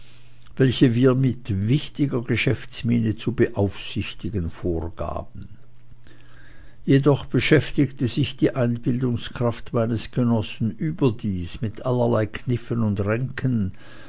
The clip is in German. welche wir mit wichtiger geschäftsmiene zu beaufsichtigen vorgaben jedoch beschäftigte sich die einbildungskraft meines genossen überdies mit allerhand kniffen und ränken